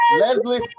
Leslie